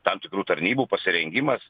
tam tikrų tarnybų pasirengimas